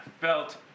felt